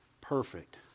perfect